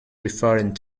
referring